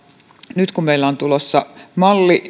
nyt kun meillä on tulossa malli